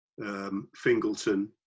Fingleton